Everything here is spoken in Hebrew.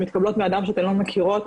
שמתקבלות מאדם שאתן לא מכירות,